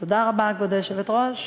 תודה רבה, כבוד היושבת-ראש,